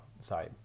sorry